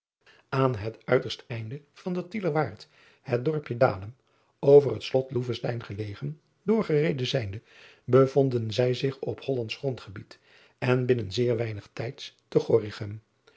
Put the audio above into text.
an het uiterst einde van den ielerwaard het dorpje alem over het lot oevestein gelegen doorgereden zijnde bevonden zij zich op ollandsch grondgebied en binnen zeer weinig tijds te